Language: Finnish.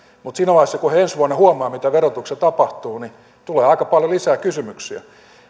mutta siinä vaiheessa kun he ensi vuonna huomaavat mitä verotuksessa tapahtuu tulee aika paljon lisää kysymyksiä